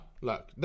Look